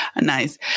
Nice